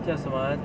叫什么 ah